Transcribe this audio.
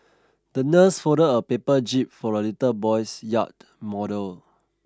the nurse folded a paper jib for the little boy's yacht model